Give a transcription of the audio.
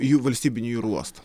jų valstybinį jūrų uostą